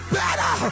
better